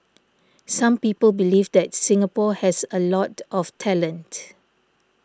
some people believe that Singapore has a lot of talent